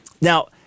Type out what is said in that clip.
Now